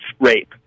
rape